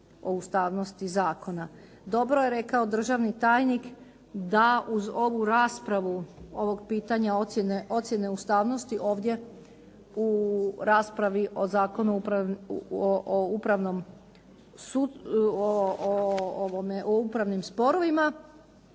ustavnosti zakona. Dobro je rekao državni tajnik da uz ovu raspravu ovog pitanja ocjene ustavnosti ovdje u raspravi o Zakonu o upravnim sporovima